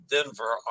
Denver